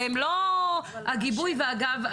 והם לא הגיבוי והגב.